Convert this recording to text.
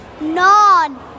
None